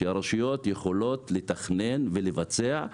כך שהרשויות יוכלו לתכנן ולבצע.